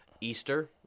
Easter